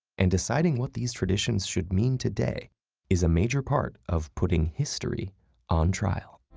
and deciding what these traditions should mean today is a major part of putting history on trial.